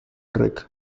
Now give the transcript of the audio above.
trick